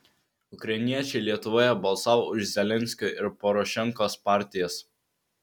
ukrainiečiai lietuvoje balsavo už zelenskio ir porošenkos partijas